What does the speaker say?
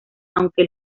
aunque